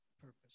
purpose